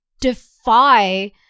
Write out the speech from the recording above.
defy